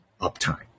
uptime